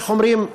איך אומרים,